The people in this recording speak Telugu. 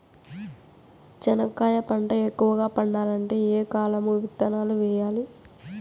చెనక్కాయ పంట ఎక్కువగా పండాలంటే ఏ కాలము లో విత్తనాలు వేయాలి?